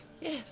Yes